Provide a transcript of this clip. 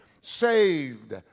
saved